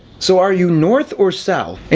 so, are you north or south?